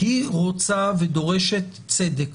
היא רוצה ודורשת צדק